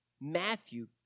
Matthew